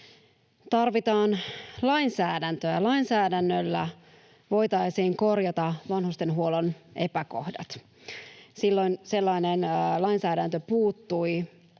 tarvitaan lainsäädäntöä ja lainsäädännöllä voitaisiin korjata vanhustenhuollon epäkohdat. Silloin sellainen lainsäädäntö puuttui,